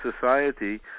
society